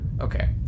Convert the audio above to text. okay